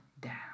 down